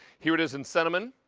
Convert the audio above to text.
here it is in cinnamon.